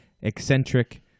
Eccentric